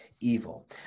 evil